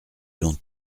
long